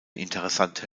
interessante